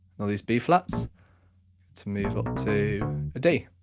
and all these b flats to move up to a d.